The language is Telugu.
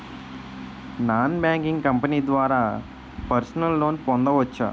నాన్ బ్యాంకింగ్ కంపెనీ ద్వారా పర్సనల్ లోన్ పొందవచ్చా?